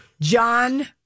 John